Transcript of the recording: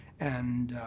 and